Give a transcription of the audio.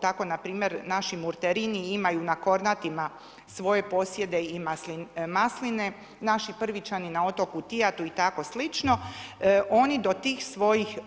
Tako npr. naši Murterini imaju na Kornatima svoje posjede i masline, naši Prvićani na otoku Tijatu i tako slično, oni do tih svojih